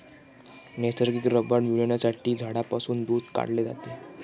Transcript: नैसर्गिक रबर मिळविण्यासाठी झाडांपासून दूध काढले जाते